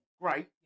great